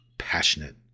passionate